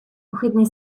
ohydnie